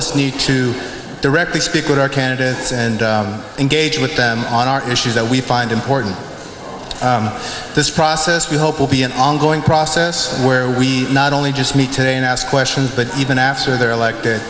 us need to directly speak with our candidates and engage with them on our issues that we find important this process we hope will be an ongoing process where we not only just meet today and ask questions but even after they're elected